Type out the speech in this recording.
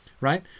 right